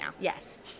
yes